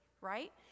right